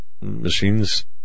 machines